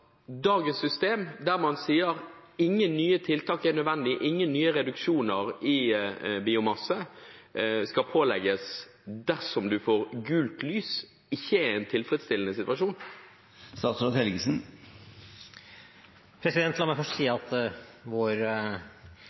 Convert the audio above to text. dagens system, der man sier at ingen nye tiltak er nødvendige, ingen nye reduksjoner i biomasse skal pålegges dersom man får gult lys, ikke er en tilfredsstillende situasjon? La meg først si at vår